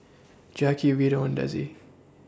Jacki Vito and Dezzie